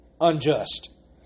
unjust